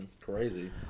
Crazy